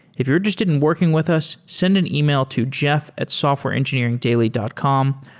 if you're interested in working with us, send an email to jeff at softwareengineeringdaily dot com.